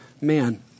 man